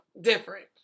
different